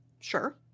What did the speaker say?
Sure